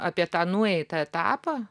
apie tą nueitą etapą